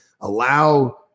allow